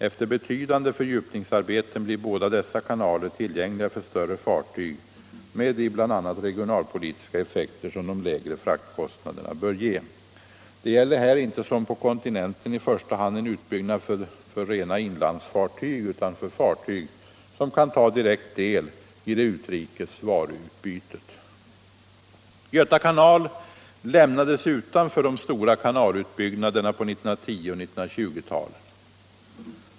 Efter betydande fördjupningsarbeten blir båda kanalerna tillgängliga för större företag med de bl.a. regionalpolitiska effekter som de lägre fraktkostnaderna bör ge. Det gäller här inte som på kontinenten i första hand en utbyggnad för rena inlandsfartyg utan för fartyg som kan ta direkt del i det utrikes varuutbytet. Göta kanal lämnades utanför de stora kanalutbyggnaderna på 1910 och 1920-talen.